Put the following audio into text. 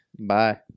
Bye